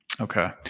Okay